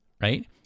right